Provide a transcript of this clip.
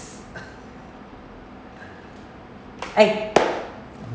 eh